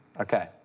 Okay